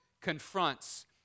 confronts